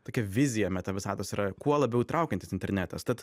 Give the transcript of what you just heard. tokia vizija meta visatos yra kuo labiau įtraukiantis internetas tad